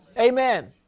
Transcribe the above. Amen